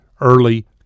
Early